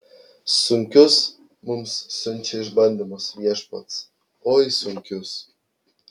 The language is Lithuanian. sunkius mums siunčia išbandymus viešpats oi sunkius